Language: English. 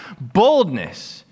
boldness